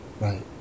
Right